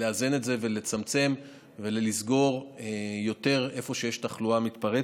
לאזן את זה ולצמצם ולסגור יותר איפה שיש תחלואה מתפרצת.